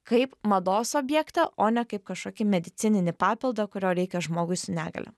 kaip mados objektą o ne kaip kažkokį medicininį papildą kurio reikia žmogui su negalia